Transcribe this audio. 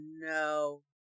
no